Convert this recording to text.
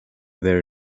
their